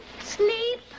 sleep